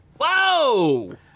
Whoa